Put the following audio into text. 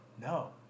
no